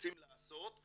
רוצים לעשות,